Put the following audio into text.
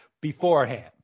beforehand